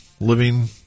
living